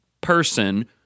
person